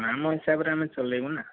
ଆମ ହିସାବରେ ଆମେ ଚଲେଇବୁ ନା